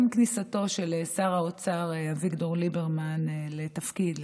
עם כניסתו של שר האוצר אביגדור ליברמן לתפקיד,